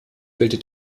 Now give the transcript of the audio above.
bildet